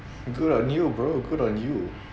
good on you bro good on you